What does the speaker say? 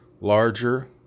Larger